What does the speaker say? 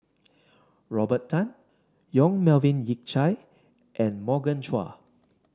Robert Tan Yong Melvin Yik Chye and Morgan Chua